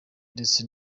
ndetse